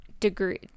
degree